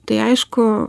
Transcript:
tai aišku